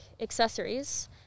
accessories